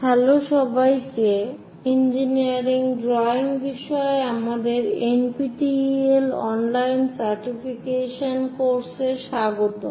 hello সবাইকে engineering drawing বিষয়ে আমাদের NPTEL অনলাইন সার্টিফিকেশন কোর্সে স্বাগতম